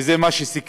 וזה מה שסיכמנו.